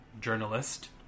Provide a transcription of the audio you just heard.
journalist